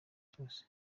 cyose